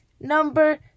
number